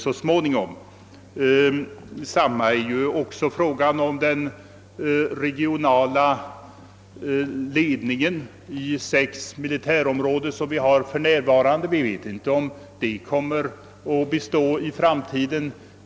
Detsamma gäller den regionala indelningen av landet i sex militärområden som finns för närvarande. Vi vet inte om den organisatio nen kommer att bestå i framtiden.